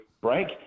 break